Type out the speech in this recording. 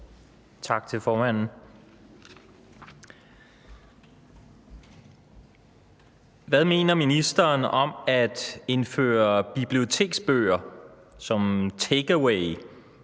Tak til formanden. Hvad mener ministeren om at indføre biblioteksbøger som takeaway